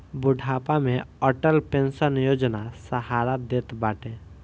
बुढ़ापा में अटल पेंशन योजना सहारा देत बाटे